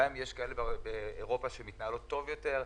גם אם יש כאלה באירופה שמתנהלות טוב יותר.